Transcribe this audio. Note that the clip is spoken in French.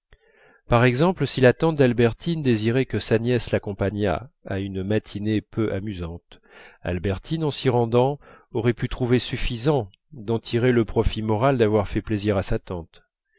par exemple si la tante d'albertine désirait que sa nièce l'accompagnât à une matinée peu amusante albertine en s'y rendant aurait pu trouver suffisant d'en tirer le profit moral d'avoir fait plaisir à sa tante